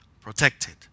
protected